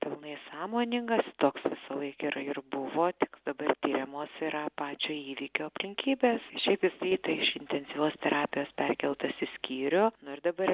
pilnai sąmoningas toks visąlaik yra ir buvo tik dabar tiriamos yra pačio įvykio aplinkybės šiaip jisai tai iš intensyvios terapijos perkeltasis skyrių nu ir dabar